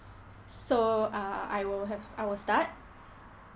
so uh I will have I will start